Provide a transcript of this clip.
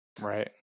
Right